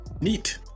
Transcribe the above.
neat